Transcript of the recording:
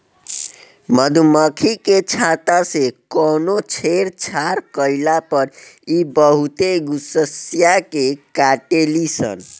मधुमखी के छत्ता से कवनो छेड़छाड़ कईला पर इ बहुते गुस्सिया के काटेली सन